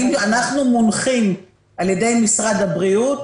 אנחנו מונחים על-ידי משרד הבריאות.